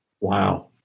Wow